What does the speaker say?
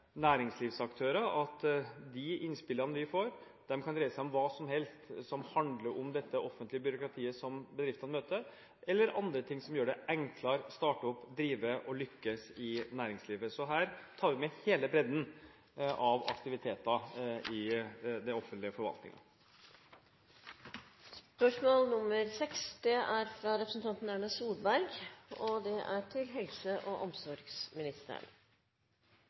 næringslivsaktører er at de innspillene vi får, kan dreie seg om hva som helst som handler om dette offentlige byråkratiet som bedriftene møter, eller andre ting som gjør det enklere å starte opp, drive og lykkes i næringslivet. Her tar vi med hele bredden av aktiviteter i den offentlige forvaltningen. Jeg har gleden av å stille følgende spørsmål til helse- og omsorgsministeren: «Mange opplever at det tar lang tid å få riktig diagnose og